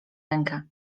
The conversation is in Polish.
rękę